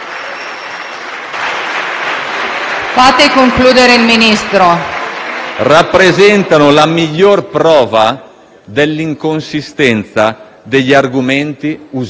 attacchi rappresentano la migliore prova dell'inconsistenza degli argomenti usati contro il mio operato.